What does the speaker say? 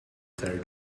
turned